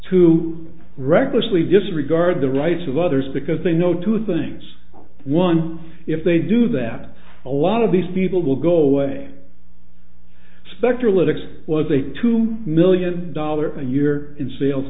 to recklessly disregard the rights of others because they know two things one if they do that a lot of these people will go away specter linux was a two million dollars a year in sales